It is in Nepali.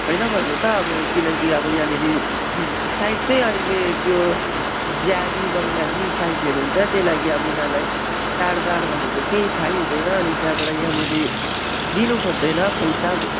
होइन भन्नु त अब किनकि अब यहाँनिर साहेब चाहिँ अहिले त्यो बिहारी बङ्गाली साहेबहरू हुन्छ त्यही लागि अब उनीहरूलाई चाडबाड भनेको केही थाहै हुँदैन अनि त्यहाँबाट यहाँनिर दिनु खोज्दैन पैसा